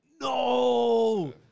No